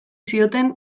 zioten